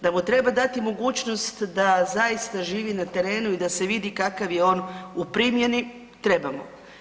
Da mu treba dati mogućnost da zaista živi na terenu i da se vidi kakav je on u primjeni, trebamo.